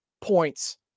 points